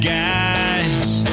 guys